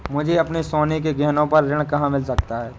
मुझे अपने सोने के गहनों पर ऋण कहाँ मिल सकता है?